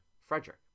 Frederick